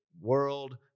world